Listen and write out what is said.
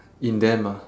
in them ah